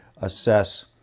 assess